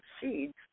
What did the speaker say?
seeds